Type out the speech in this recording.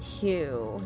two